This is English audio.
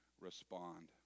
respond